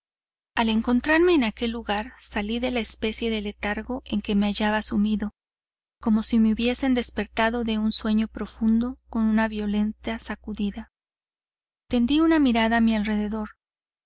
al encontrarme en aquel lugar salí de la especie de letargo en que me hallaba sumido como si me hubiesen despertado de un sueño profundo con una violenta sacudida tendí una mirada a mi alrededor